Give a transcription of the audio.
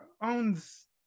owns